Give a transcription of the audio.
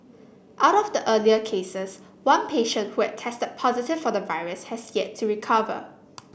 out of the earlier cases one patient who had tested positive for the virus has yet to recover